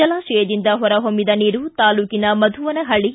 ಜಲಾಶಯದಿಂದ ಹೊರಹೊಮ್ಮಿದ ನೀರು ತಾಲ್ಲೂಕಿನ ಮಧುವನಹಳ್ಳಿ